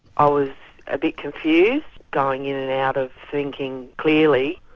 i was a bit confused going in and out of thinking clearly,